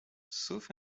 sauf